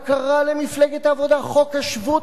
חוק השבות כבר לא מקובל עליכם?